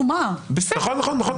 נכון.